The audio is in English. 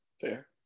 Fair